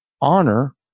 honor